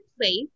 place